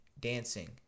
dancing